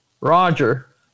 Roger